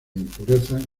impurezas